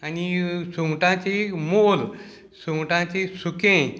आनी सुंगटांची मोल सुंगटांची सुकें